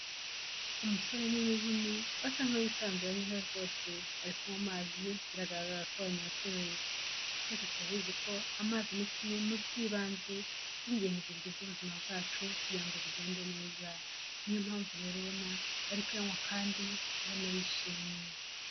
Umusore n'inkumi, basa nkaho bisanzuranyeho rwose, bari kunywa amazi, biragaragara ko banyotewe. Twese turabizi ko amazi ni kimwe mu by'ibanze by'ingenzi bigize ubuzima bwacu, kugira ngo bugende neza. Ni yo mpamvu rero ubona, bari kuyanywa kandi ubona bishimye.